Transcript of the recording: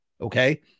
Okay